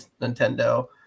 Nintendo